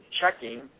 checking